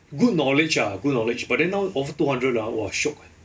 good knowledge lah good knowledge but then now only two hundred ah !wah! shiok eh